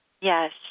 yes